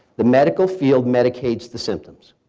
the medical field medicated's the symptoms,